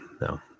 no